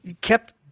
kept